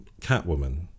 catwoman